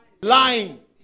Lying